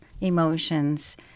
emotions